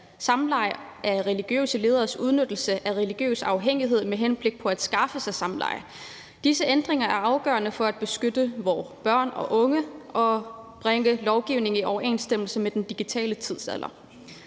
samleje og religiøse lederes udnyttelse af religiøs afhængighed med henblik på at skaffe sig samleje. Disse ændringer er afgørende for at beskytte vores børn og unge og for at bringe lovgivningen i overensstemmelse med den digitale tidsalder.